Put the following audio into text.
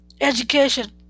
Education